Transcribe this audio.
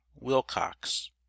wilcox